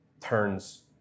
turns